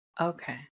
okay